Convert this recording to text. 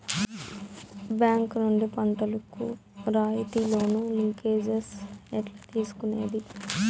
Bank నుండి పంటలు కు రాయితీ లోను, లింకేజస్ ఎట్లా తీసుకొనేది?